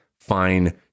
fine